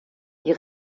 die